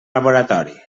laboratori